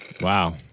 Wow